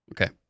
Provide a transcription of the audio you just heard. Okay